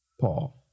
Paul